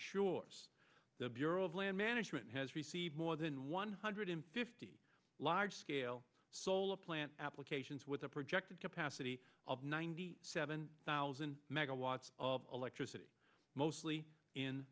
shores the bureau of land management has received more than one hundred fifty large scale solar plant applications with a projected capacity of ninety seven thousand megawatts of electricity mostly in